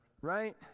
Right